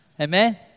Amen